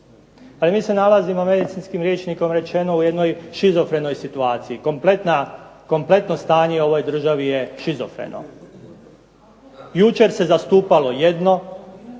Ali mi se nalazimo, medicinskim rječnikom rečeno, u jednoj shizofrenoj situaciji. Kompletno stanje u ovoj državi je shizofreno. Jučer se zastupalo jedno,